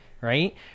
right